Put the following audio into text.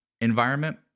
environment